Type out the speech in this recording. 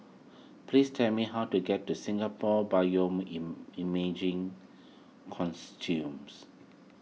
please tell me how to get to Singapore Consortiums